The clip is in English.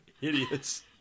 idiots